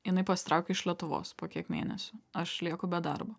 jinai pasitraukė iš lietuvos po kiek mėnesių aš lieku be darbo